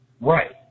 Right